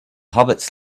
hobbits